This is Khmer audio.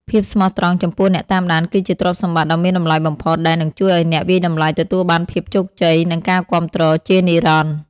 ភាពស្មោះត្រង់ចំពោះអ្នកតាមដានគឺជាទ្រព្យសម្បត្តិដ៏មានតម្លៃបំផុត ដែលនឹងជួយឱ្យអ្នកវាយតម្លៃទទួលបានភាពជោគជ័យ និងការគាំទ្រជានិរន្តរ៍។